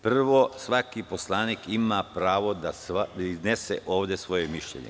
Prvo, svaki poslanik ima pravo da iznese ovde svoje mišljenje.